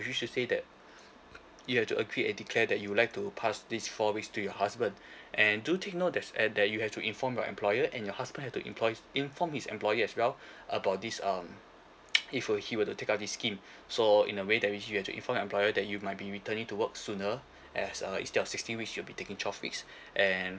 which means to say that you have to agree and declare that you would like to pass these four weeks to your husband and do take note there's at that you have to inform your employer and your husband have to employs inform his employer as well about this um he will he will take out this scheme so in a way that mean you have to inform your employer that you might be returning to work sooner as uh instead of sixteen weeks you'll be taking twelve weeks and